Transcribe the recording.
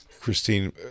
Christine